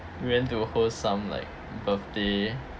we went to host some like birthday